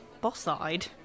boss-eyed